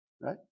right